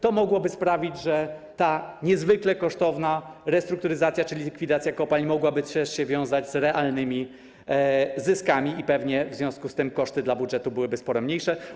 To mogłoby sprawić, że ta niezwykle kosztowna restrukturyzacja czy likwidacja kopalń mogłaby się wiązać z realnymi zyskami i w związku z tym koszty dla budżetu byłyby pewnie sporo niższe.